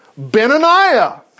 Benaniah